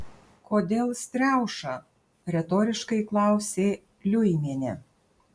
kodėl striauša retoriškai klausė liuimienė